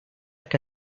que